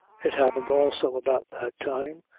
it happened also about that time,